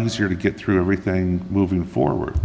easier to get through everything moving forward